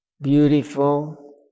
beautiful